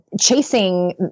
chasing